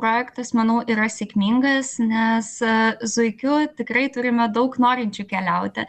projektas manau yra sėkmingas nes zuikiu tikrai turime daug norinčių keliauti